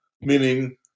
meaning